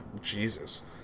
Jesus